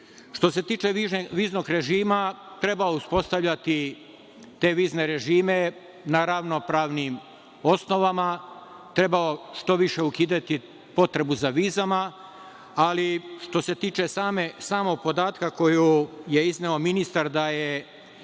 se tiče viznog režima, treba uspostavljati te vizne režime na ravnopravnim osnovama. Treba što više ukidati potrebu za vizama, ali što se tiče samog podatka koji je izneo ministar, da je